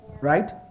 Right